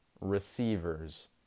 receivers